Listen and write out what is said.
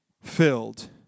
filled